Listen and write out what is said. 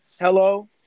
Hello